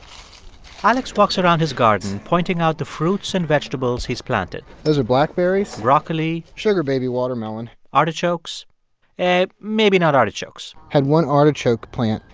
alex walks around his garden pointing out the fruits and vegetables he's planted those are blackberries. broccoli. sugar baby watermelon. artichokes and maybe not artichokes i had one artichoke plant,